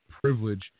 privilege